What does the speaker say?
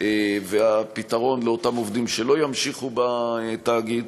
והפתרון לאותם עובדים שלא ימשיכו בתאגיד.